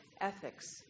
ethics